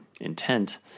intent